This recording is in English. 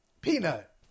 Peanut